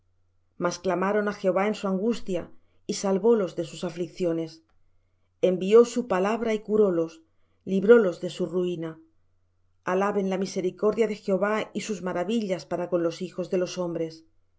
mas clamaron á jehová en su angustia y salvólos de sus aflicciones envió su palabra y curólos y librólos de su ruina alaben la misericordia de jehová y sus maravillas para con los hijos de los hombres